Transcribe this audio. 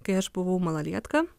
kai aš buvau malalietka